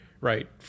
Right